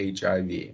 HIV